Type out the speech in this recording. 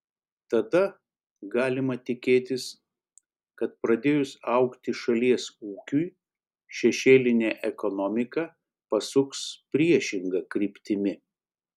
tada galima tikėtis kad pradėjus augti šalies ūkiui šešėlinė ekonomika pasuks priešinga kryptimi